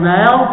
now